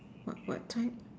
what what type